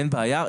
אין בעיה,